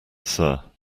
sir